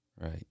Right